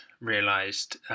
realised